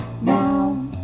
now